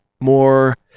more